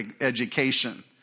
education